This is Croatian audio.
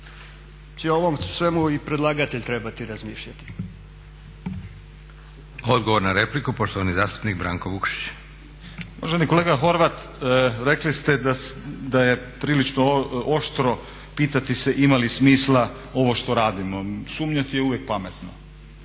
će o ovom svemu i predlagatelj trebati razmišljati. **Leko, Josip (SDP)** Odgovor na repliku, poštovani zastupnik Branko Vukšić. **Vukšić, Branko (Nezavisni)** Uvaženi kolega Horvat, rekli ste da je prilično oštro pitati se ima li smisla ovo što radimo. Sumnjati je uvijek pametno,